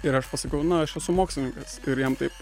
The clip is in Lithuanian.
ir aš pasakiau na aš esu mokslininkas ir jam taip